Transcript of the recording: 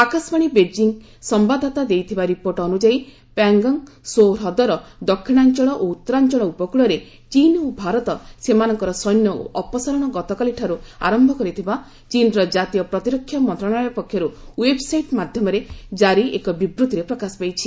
Akashvani Beijing ସମ୍ଭାଦଦାତା ଦେଇଥିବା report ଅନ୍ତଯାୟୀ ପ୍ୟାଙ୍ଗଙ୍ଗ୍ ସୋ ହ୍ରଦର ଦକ୍ଷିଣାଞ୍ଚଳ ଓ ଉତ୍ତରାଞ୍ଚଳ ଉପକୃଳରେ ଚୀନ୍ ଓ ଭାରତ ସେମାନଙ୍କର ସୈନ୍ୟ ଅପସାରଣ ଗତକାଲିଠାରୁ ଆରମ୍ଭ କରିଥିବା ଚୀନ୍ର ଜାତୀୟ ପ୍ରତିରକ୍ଷା ମନ୍ତ୍ରଣାଳୟ ପକ୍ଷରୁ ଓ୍ବେବ୍ସାଇଟ୍ ମାଧ୍ୟମରେ ଜାରି ଏକ ବିବୂଭିରେ ପ୍ରକାଶ ପାଇଛି